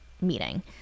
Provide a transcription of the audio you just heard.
meeting